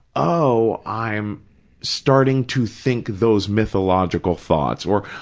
oh, i'm starting to think those mythological thoughts, or,